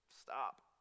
stop